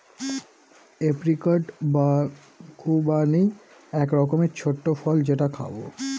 apricot বা খুবানি এক রকমের ছোট্ট ফল যেটা খাবো